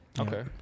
Okay